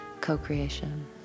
co-creation